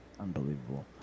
Unbelievable